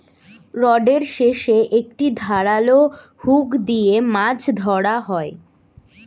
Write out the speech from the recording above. রডের শেষে একটি ধারালো হুক দিয়ে মাছ ধরা হয়